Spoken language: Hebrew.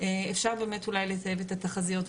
אפשר באמת אולי לטייב את התחזיות,